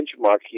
benchmarking